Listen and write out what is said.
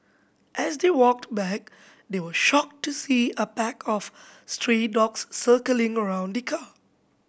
as they walked back they were shocked to see a pack of stray dogs circling around the car